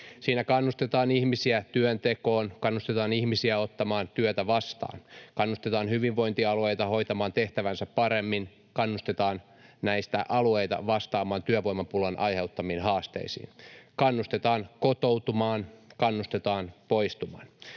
Siinä kannustetaan ihmisiä työntekoon, kannustetaan ihmisiä ottamaan työtä vastaan. Kannustetaan hyvinvointialueita hoitamaan tehtävänsä paremmin, kannustetaan näitä alueita vastaamaan työvoimapulan aiheuttamiin haasteisiin. Kannustetaan kotoutumaan, kannustetaan poistumaan.